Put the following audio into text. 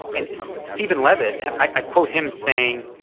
and steven levitt, i quote him saying,